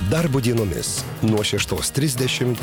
darbo dienomis nuo šeštos trisdešimt